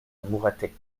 mouratet